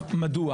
מדוע